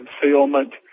concealment